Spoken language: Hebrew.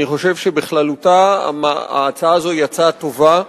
אני חושב שבכללותה ההצעה הזאת היא הצעה טובה,